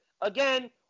Again